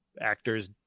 actors